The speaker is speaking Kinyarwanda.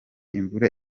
imvura